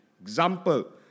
Example